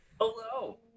Hello